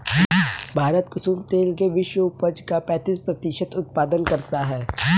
भारत कुसुम तेल के विश्व उपज का पैंतीस प्रतिशत उत्पादन करता है